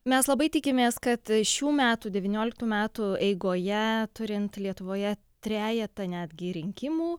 mes labai tikimės kad šių metų devynioliktų metų eigoje turint lietuvoje trejetą netgi rinkimų